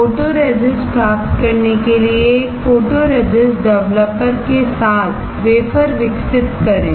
photoresist प्राप्त करने के लिए एक फोटोरेसिस्ट डेवलपर के साथ वेफर विकसित करें